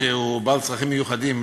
חברת הכנסת נורית קורן,